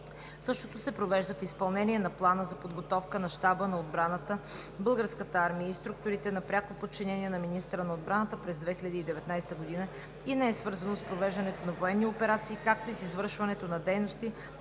Същото се провежда в изпълнение на Плана за подготовка на Щаба на отбраната, Българската армия и структурите на пряко подчинение на министъра на отбраната през 2019 г. и не е свързано с провеждането на военни операции, както и с извършването на дейности